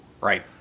Right